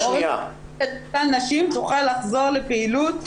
תוכל לחזור לפעילות,